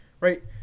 right